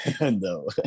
no